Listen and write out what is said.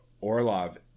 Orlov